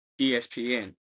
espn